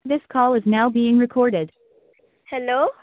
dish call is now being recorded hello